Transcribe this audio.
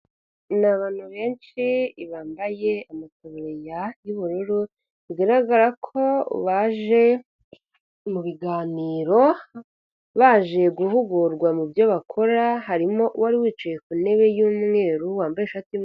Ni abantu benshi bambaye amataburiya y'ubururu bigaragara ko baje mu biganiro, baje guhugurwa mu byo bakora, harimo uwari wicaye ku ntebe y'umweru wambaye ishati y'umweru.